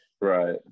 Right